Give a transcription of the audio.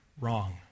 wrong